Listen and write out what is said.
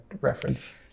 reference